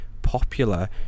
popular